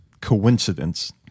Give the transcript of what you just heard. coincidence